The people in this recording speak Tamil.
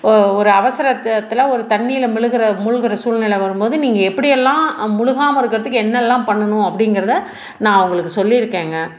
ஓ ஒரு அவசரத்துத்தில் ஒரு தண்ணியில் மிழுகுற முழுகுகிற சூழ்நிலை வரும் போது நீங்கள் எப்படி எல்லாம் முழுகாமல் இருக்கிறதுக்கு என்னெல்லாம் பண்ணணும் அப்படிங்குறத நான் அவங்களுக்கு சொல்லியிருக்கேங்க